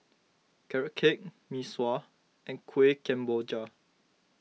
Carrot Cake Mee Sua and Kuih Kemboja